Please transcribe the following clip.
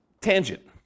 tangent